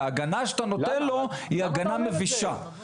וההגנה שאתה נותן לו היא הגנה מבישה.